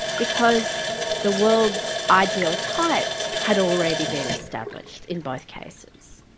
because the world's ideal type had already been established in both cases.